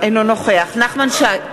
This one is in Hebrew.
נגד נחמן שי,